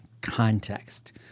context